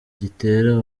gitera